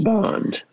Bond